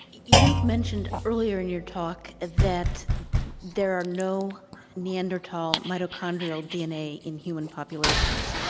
you mentioned earlier in your talk that there are no neanderthal mitochondrial dna in human populations.